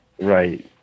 right